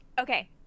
Okay